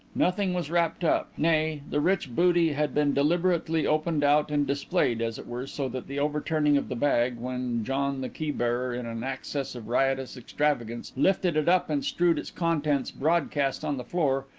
nothing was wrapped up nay, the rich booty had been deliberately opened out and displayed, as it were, so that the overturning of the bag, when john the keybearer in an access of riotous extravagance lifted it up and strewed its contents broadcast on the floor,